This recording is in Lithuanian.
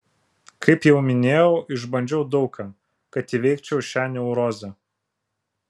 kaip jau minėjau išbandžiau daug ką kad įveikčiau šią neurozę